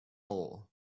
all